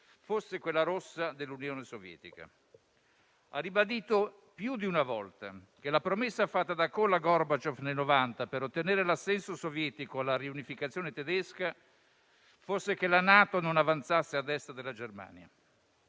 fosse quella rossa dell'Unione Sovietica. Ha ribadito più di una volta che la promessa fatta da Kohl a Gorbaciov nel 1990, per ottenere l'assenso sovietico alla riunificazione tedesca, fosse che la NATO non avanzasse a destra della Germania.